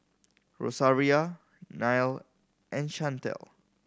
Rosaria Neil and Shantel